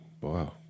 wow